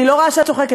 אני לא רואה שאת צוחקת.